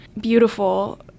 beautiful